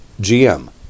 GM